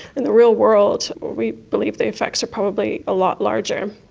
in the real world we believe the effects are probably a lot larger.